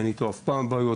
אין איתו אף פעם בעיות,